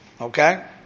Okay